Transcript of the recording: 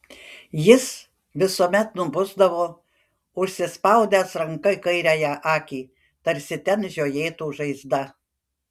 jis visuomet nubusdavo užsispaudęs ranka kairiąją akį tarsi ten žiojėtų žaizda